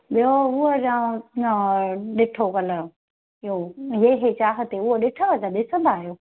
ॿियो उओ ॾिठो कल्ह इहो ये हैं चाहतें उहो ॾिठव त तव्हां ॾिसंदा आहियो